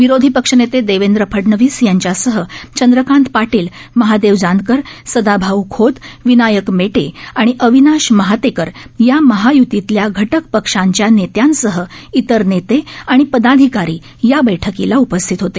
विरोधी पक्षनेते देवेंद्र फडणवीस यांच्यासह चंद्रकांत पाटील महादेव जानकर सदाभाऊ खोत विनायक मेटे आणि अविनाश महातेकर या महाय्तीतल्या घटक पक्षांच्या नेत्यांसह इतर नेते आणि पदाधिकारी या बैठकीला उपस्थित होते